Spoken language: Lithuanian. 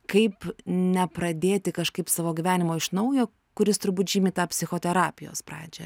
kaip nepradėti kažkaip savo gyvenimo iš naujo kuris turbūt žymi tą psichoterapijos pradžią